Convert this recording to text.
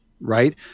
right